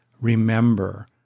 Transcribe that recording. remember